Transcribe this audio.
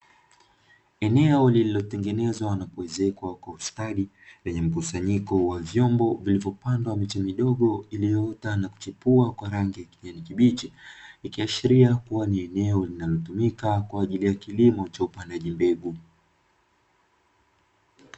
Eneo lililotengenezwa na kuezekwa kwa ustadi lenye mkusanyiko wa vyombo vilivyopandwa miche midogo iliyoota na kuchipua kwa rangi ya kijani kibichi, ikiashiria kuwa ni eneo linalotumika kwa ajili ya kilimo cha upandaji mbegu.